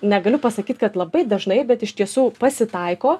negaliu pasakyt kad labai dažnai bet iš tiesų pasitaiko